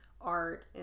art